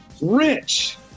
rich